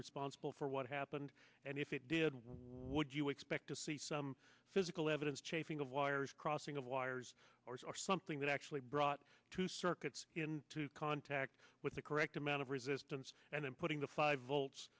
responsible for what happened and if it did what you expect to see some physical evidence chafing of wires crossing of wires or something that actually brought two circuits into contact with the correct amount of resistance and then putting the five vo